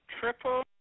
triple-